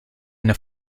eine